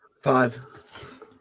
Five